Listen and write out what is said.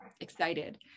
excited